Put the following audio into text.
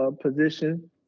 position